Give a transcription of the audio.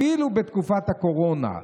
אפילו בתקופת הקורונה,